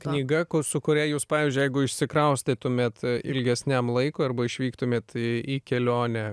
knyga kur su kuria jūs pavyzdžiui jeigu išsikraustytumėt ilgesniam laikui arba išvyktumėt į į kelionę